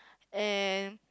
and